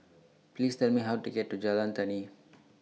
Please Tell Me How to get to Jalan Tani